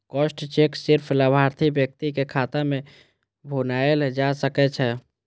crossed cheque सिर्फ लाभार्थी व्यक्ति के खाता मे भुनाएल जा सकै छै